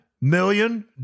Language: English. million